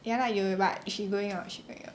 ya lah 有有 but she going out she going out